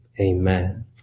Amen